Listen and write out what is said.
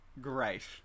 great